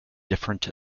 different